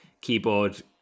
keyboard